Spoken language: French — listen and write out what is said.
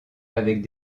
avec